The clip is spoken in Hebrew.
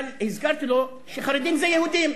אבל הזכרת לו שחרדים זה יהודים.